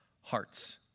hearts